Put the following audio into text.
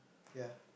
ya